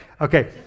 Okay